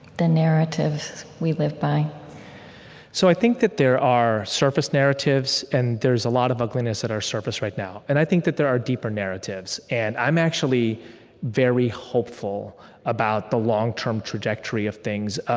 the narratives we live by so i think that there are surface narratives, and there's a lot of ugliness at our surface right now. and i think that there are deeper narratives. and i'm actually very hopeful about the long-term trajectory of things.